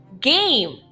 game